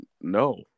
No